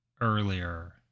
earlier